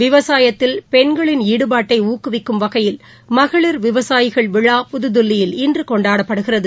விவசாயத்தில் பெண்களின் ஈடுபாட்டைஊக்குவிக்கும் வகையில் மகளிர் விவசாயிகள் விழா புதுதில்லியில் இன்றுகொண்டாடப்படுகிறது